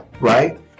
right